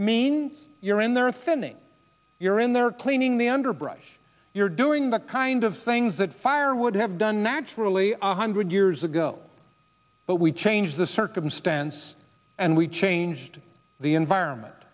mean you're in there thinning you're in there cleaning the underbrush you're doing the kind of things that fire would have done naturally one hundred years ago but we changed the circumstance and we changed the environment